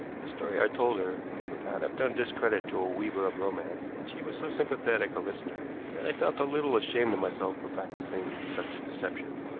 the story i told her would not have done discredit to a weaver of romance, and she was so sympathetic a listener that i felt a little ashamed of myself for practicing such deception.